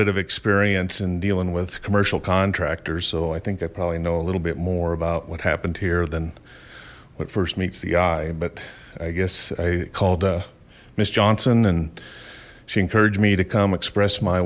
bit of experience in dealing with commercial contractors so i think i probably know a little bit more about what happened here then what first meets the eye but i guess i called miss johnson and she encouraged me to come express my